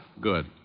Good